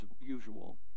usual